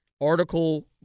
article